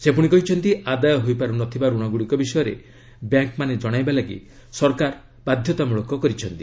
ସେ ପୁଣି କହିଛନ୍ତି ଆଦାୟ ହୋଇପାରୁ ନ ଥିବା ରଣ ଗୁଡ଼ିକ ବିଷୟରେ ବ୍ୟାଙ୍କ୍ମାନେ ଜଣାଇବାକୁ ସରକାର ବାଧ୍ୟତାମୂଳକ କରିଛନ୍ତି